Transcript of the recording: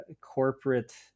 corporate